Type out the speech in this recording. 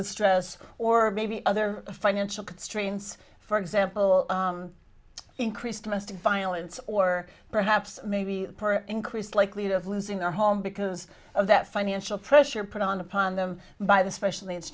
the stress or maybe other financial constraints for example increased domestic violence or perhaps maybe increased likelihood of losing their home because of that financial pressure put on upon them by the special needs